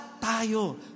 tayo